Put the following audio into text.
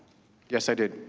yes i did.